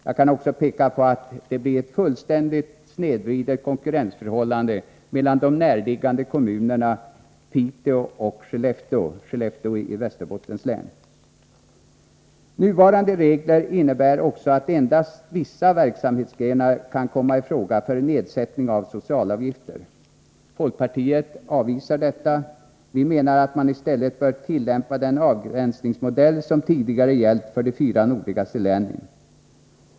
Jag kan också peka på att det blir ett fullständigt snedvridet konkurrensförhållande mellan de närliggande kommunerna Piteå i Norrbottens län och Skellefteå i Västerbottens län. Nuvarande regler innebär också att endast vissa verksamhetsgrenar kan komma i fråga för nedsättning av socialavgifter. Folkpartiet avvisar detta. Vi menar att man i stället bör tillämpa den avgränsningsmodell som tidigare gällt för de fyra nordligaste länen.